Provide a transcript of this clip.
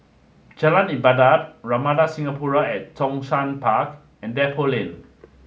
Jalan Ibadat Ramada Singapore at Zhongshan Park and Depot Lane